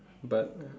but uh